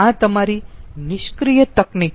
આ તમારી નિષ્ક્રીય તકનીક છે